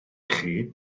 chi